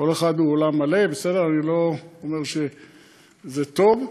כל אחד הוא עולם מלא, בסדר, אני לא אומר שזה טוב,